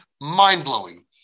Mind-blowing